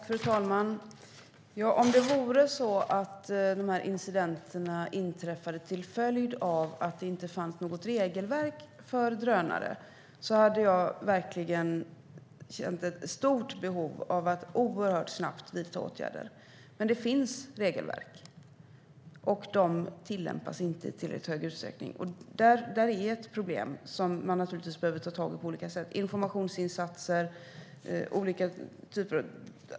Fru talman! Om det vore så att de här incidenterna inträffade till följd av att det inte fanns något regelverk för drönare hade jag verkligen känt ett stort behov av att vidta åtgärder oerhört snabbt. Men det finns regelverk. De tillämpas dock inte i tillräckligt stor utsträckning. Detta är ett problem som man naturligtvis behöver ta tag i på olika sätt genom till exempel informationsinsatser.